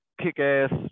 kick-ass